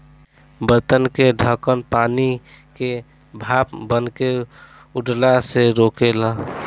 बर्तन के ढकन पानी के भाप बनके उड़ला से रोकेला